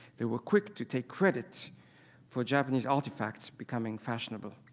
they were quick to take credit for japanese artifacts becoming fashionable.